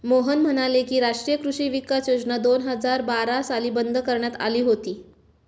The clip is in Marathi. मोहन म्हणाले की, राष्ट्रीय कृषी विकास योजना दोन हजार बारा साली बंद करण्यात आली होती